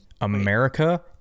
America